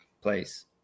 place